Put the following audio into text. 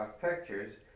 pictures